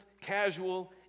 casual